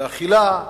באכילה,